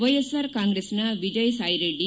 YSR ಕಾಂಗ್ರೆಸ್ನ ವಿಜಯ ಸಾಯಿ ರೆಡ್ಡಿ